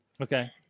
Okay